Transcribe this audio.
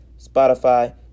Spotify